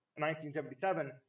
1977